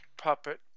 Puppet